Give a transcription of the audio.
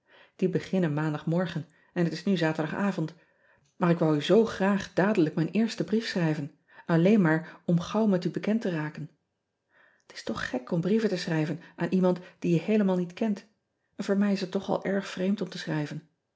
ie beginnen pas aandagmorgen en het is nu aterdagavond maar ik wou u zoo graag dadelijk mijn eersten brief schrijven alleen maar om gauw met u bekend te raken t s toch gek om brieven te schrijven aan iemand die je heelemaal niet kent en voor mij is het toch al erg vreemd om te schrijven